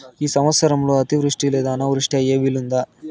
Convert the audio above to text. ఈ సంవత్సరంలో అతివృష్టి లేదా అనావృష్టి అయ్యే వీలుందా?